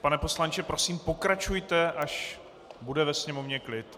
Pane poslanče, prosím pokračujte, až bude ve sněmovně klid.